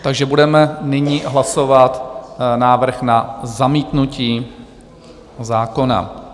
Takže budeme nyní hlasovat návrh na zamítnutí zákona.